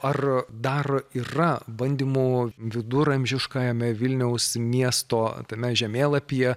ar dar yra bandymų viduramžiškajame vilniaus miesto tame žemėlapyje